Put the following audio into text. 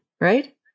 right